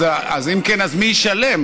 אז אם כן, מי ישלם?